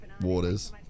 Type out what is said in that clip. Waters